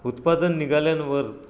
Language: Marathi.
उत्पादन निघाल्यावर